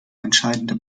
entscheidende